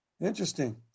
Interesting